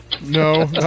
No